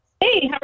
Hey